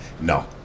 No